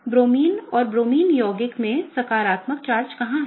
तो ब्रोमीन और ब्रोमीन यौगिक में सकारात्मक चार्ज कहाँ है